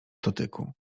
dotyku